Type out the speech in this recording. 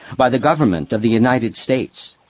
by the government of the united states.